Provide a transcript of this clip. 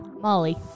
Molly